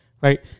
right